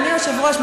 אדוני היושב-ראש,